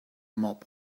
mob